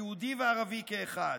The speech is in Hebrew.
היהודי והערבי כאחד.